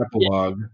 epilogue